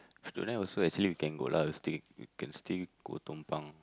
tonight also actually we can go lah stay we can stay go tompang